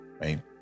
right